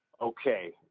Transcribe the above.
Okay